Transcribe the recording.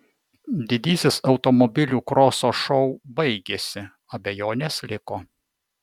didysis automobilių kroso šou baigėsi abejonės liko